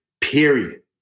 period